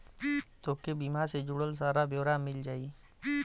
तोके बीमा से जुड़ल सारा ब्योरा मिल जाई